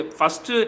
first